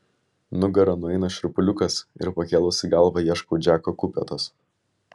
nugara nueina šiurpuliukas ir pakėlusi galvą ieškau džeko kupetos